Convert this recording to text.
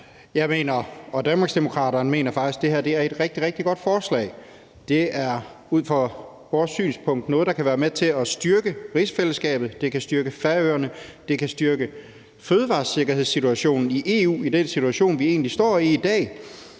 Jeg mener, og Danmarksdemokraterne mener, at det her faktisk er et rigtig, rigtig godt forslag. Det er ud fra vores synspunkt noget, der kan være med til at styrke rigsfællesskabet, det kan styrke Færøerne, og det kan styrke fødevaresikkerheden i EU i den situation, vi står i i dag.